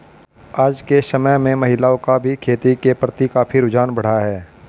आज के समय में महिलाओं का भी खेती के प्रति काफी रुझान बढ़ा है